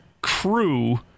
crew